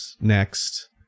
next